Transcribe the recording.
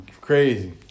Crazy